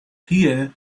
here